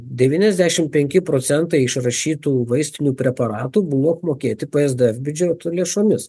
devyniasdešimt penki procentai išrašytų vaistinių preparatų buvo apmokėti p es d ef biudžeto lėšomis